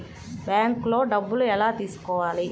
బ్యాంక్లో డబ్బులు ఎలా తీసుకోవాలి?